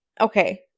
Okay